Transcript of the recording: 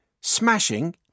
smashing